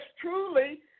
Truly